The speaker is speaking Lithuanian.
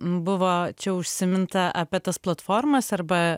buvo čia užsiminta apie tas platformas arba